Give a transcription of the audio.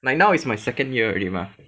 like now is my second year already mah